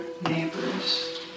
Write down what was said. neighbors